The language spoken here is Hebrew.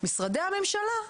משרדי הממשלה,